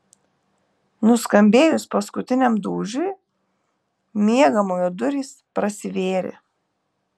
nuskambėjus paskutiniam dūžiui miegamojo durys prasivėrė